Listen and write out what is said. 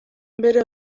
bere